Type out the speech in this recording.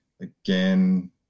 Again